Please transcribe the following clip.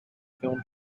film